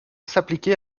s’appliquer